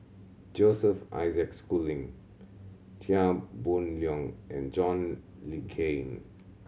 Joseph Isaac Schooling Chia Boon Leong and John Le Cain